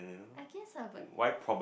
I guess ah but